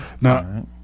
Now